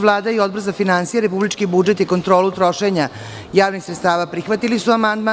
Vlada i Odbor za finansije, republički budžet i kontrolu trošenja javnih sredstava prihvatili su amandman.